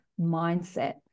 mindset